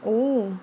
oh